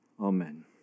Amen